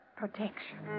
protection